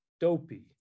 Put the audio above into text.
dopey